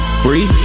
free